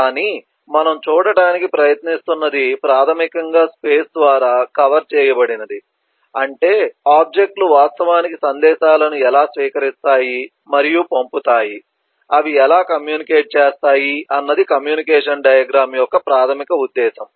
కానీ మనం చూడటానికి ప్రయత్నిస్తున్నది ప్రాథమికంగా స్పేస్ ద్వారా కవర్ చేయబడినది అంటే ఆబ్జెక్ట్ లు వాస్తవానికి సందేశాలను ఎలా స్వీకరిస్తాయి మరియు పంపుతాయి అవి ఎలా కమ్యూనికేట్ చేస్తాయి అన్నది కమ్యూనికేషన్ డయాగ్రమ్ యొక్క ప్రాథమిక ఉద్దేశ్యం